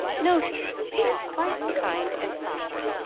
no, dear, it is quite kind and proper,